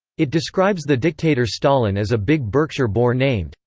it describes the dictator stalin as a big berkshire boar named,